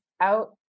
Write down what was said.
out